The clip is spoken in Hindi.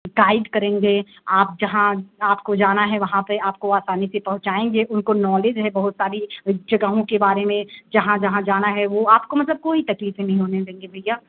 गाइड करेंगे आप जहाँ आपको जाना है वहाँ पर आपको आसानी से पहुँचाएँगे उनको नॉलेज है बहुत सारी जगहों के बारे में जहाँ जहाँ जाना है वह आपको मतलब कोई तकलीफ़ें नहीं होने देंगे भैया